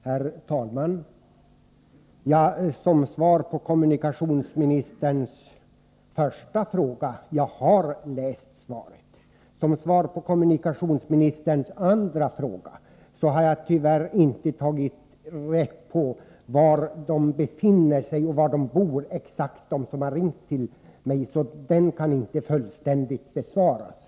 Herr talman! Som svar på kommunikationsministerns första fråga vill jag säga: Jag har läst svaret. Beträffande kommunikationsministerns andra fråga är att säga att jag tyvärr inte har tagit reda på exakt var de människor bor som har ringt till mig, så den frågan kan inte fullständigt besvaras.